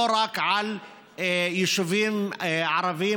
לא רק על יישובים ערביים